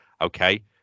Okay